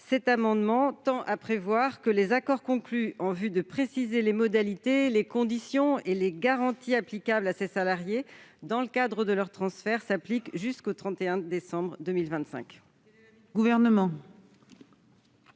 amendement tend à prévoir que les accords conclus pour préciser les modalités, conditions et garanties applicables à ces salariés dans le cadre de leur transfert s'appliqueront jusqu'au 31 décembre 2025.